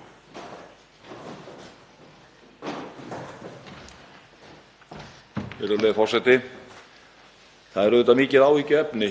Það er auðvitað mikið áhyggjuefni